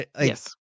yes